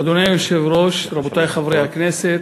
אדוני היושב-ראש, רבותי חברי הכנסת,